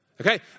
Okay